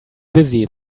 busy